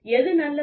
எது நல்லது